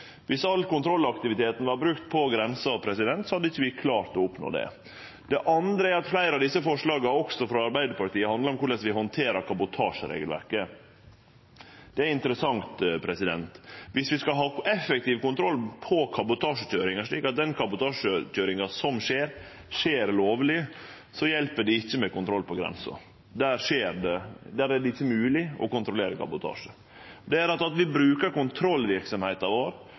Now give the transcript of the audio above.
Viss all kontrollaktiviteten vart brukt på grensa, hadde vi ikkje klart å oppnå det. Det andre er at fleire av desse forslaga, også frå Arbeidarpartiet, handlar om korleis vi handterer kabotasjeregelverket. Det er interessant. Viss vi skal ha effektiv kontroll på kabotasjekøyringa, slik at den kabotasjekøyringa som skjer, skjer lovleg, hjelper det ikkje med kontroll på grensa. Der er det ikkje mogleg å kontrollere kabotasje. Det at vi brukar kontrollverksemda vår